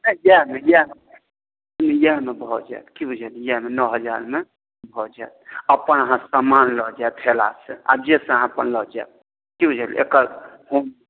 नहि इएह नहि इएह इएहमे भऽ जायत की बुझलियै नओ हजारमे भऽ जायत अपन अहाँ सामान लऽ जायब ठेलासँ आब जाहिसँ अहाँ लऽ जायब की बुझलियै एकर